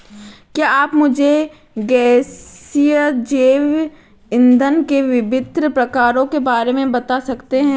क्या आप मुझे गैसीय जैव इंधन के विभिन्न प्रकारों के बारे में बता सकते हैं?